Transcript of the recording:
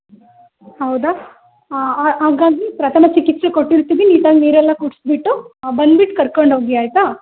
ಹೌದಾ ಹಾಗಾದರೆ ಪ್ರಥಮ ಚಿಕಿತ್ಸೆ ಕೊಟ್ಟಿರ್ತೀವಿ ನೀಟಾಗಿ ನೀರೆಲ್ಲ ಕುಡಿಸಿಬಿಟ್ಟು ಬಂದುಬಿಟ್ಟು ಕರ್ಕೊಂಡು ಹೋಗಿ ಆಯಿತಾ